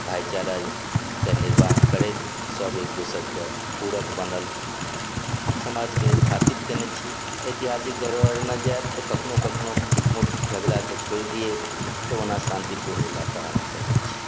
भाइचाराके निर्वाह करैत सब एक दोसरके पूरक बनल समाजके स्थापित कयने छी ऐतिहासिक धरोहर रहरमे जाएब तऽ कखनो कखनो छिटमुट झगड़ाके छोइड़ दियै तऽ ओना शान्तिपूर्ण इलाका हमर सभक छी